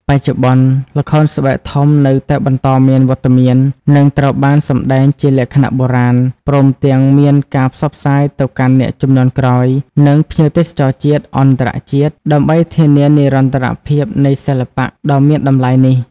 បច្ចុប្បន្ន ល្ខោនស្បែកធំនៅតែបន្តមានវត្តមាន និងត្រូវបានសម្ដែងជាលក្ខណៈបុរាណ ព្រមទាំងមានការផ្សព្វផ្សាយទៅកាន់អ្នកជំនាន់ក្រោយ និងភ្ញៀវទេសចរជាតិ-អន្តរជាតិ ដើម្បីធានានិរន្តរភាពនៃសិល្បៈដ៏មានតម្លៃនេះ ។